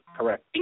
correct